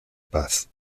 paz